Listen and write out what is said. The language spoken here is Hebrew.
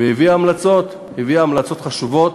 והיא הביאה המלצות, הביאה המלצות חשובות.